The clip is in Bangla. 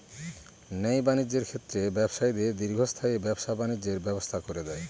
ন্যায় বাণিজ্যের ক্ষেত্রে ব্যবসায়ীদের দীর্ঘস্থায়ী ব্যবসা বাণিজ্যের ব্যবস্থা করে দেয়